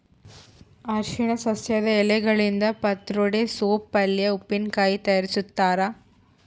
ಅರಿಶಿನ ಸಸ್ಯದ ಎಲೆಗಳಿಂದ ಪತ್ರೊಡೆ ಸೋಪ್ ಪಲ್ಯೆ ಉಪ್ಪಿನಕಾಯಿ ತಯಾರಿಸ್ತಾರ